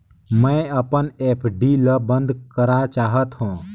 मैं अपन एफ.डी ल बंद करा चाहत हों